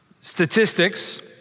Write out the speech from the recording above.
Statistics